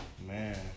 Man